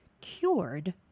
cured